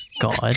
God